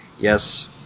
Yes